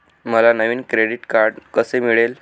मला नवीन credit card कसे मिळेल?